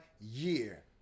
year